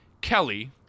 Kelly